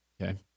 okay